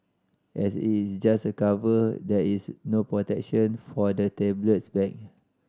as it is just a cover there is no protection for the tablet's back